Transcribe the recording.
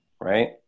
Right